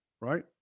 right